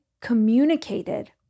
communicated